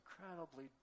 incredibly